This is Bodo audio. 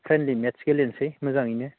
फ्रेन्डलि मेट्स गेलेनोसै मोजाङैनो